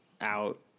out